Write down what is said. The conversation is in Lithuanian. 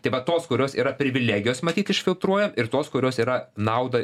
tai va tos kurios yra privilegijos matyt išfiltruoja ir tos kurios yra naudą